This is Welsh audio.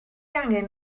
angen